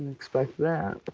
expect that.